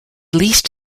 least